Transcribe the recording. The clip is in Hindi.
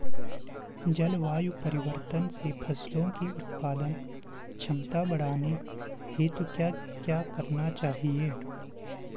जलवायु परिवर्तन से फसलों की उत्पादन क्षमता बढ़ाने हेतु क्या क्या करना चाहिए?